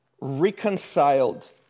reconciled